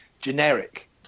generic